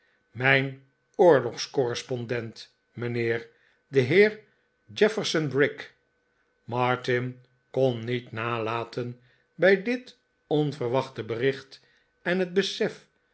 mijn oorlogscorrespondent mijnheer de heer jefferson brick martin kon niet nalaten bij dit onverwachte bericht en het besef